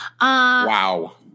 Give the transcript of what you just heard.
wow